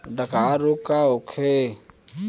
डकहा रोग का होखे?